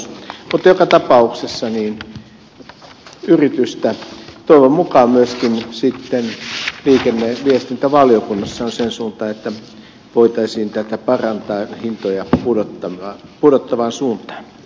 mutta joka tapauksessa yritystä on toivon mukaan myöskin sitten liikenne ja viestintävaliokunnassa siihen suuntaan että voitaisiin tätä parantaa hintoja pudottavaan suuntaan